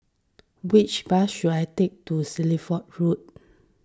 which bus should I take to Shelford Road